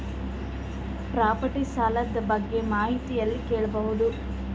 Property ಸಾಲ ಬಗ್ಗೆ ಮಾಹಿತಿ ಎಲ್ಲ ಕೇಳಬಹುದು?